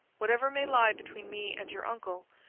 whatever may lie between me and your uncle,